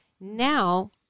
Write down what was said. now